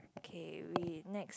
okay we next